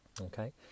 Okay